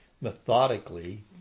methodically